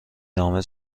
نامه